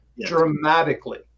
dramatically